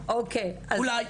אולי.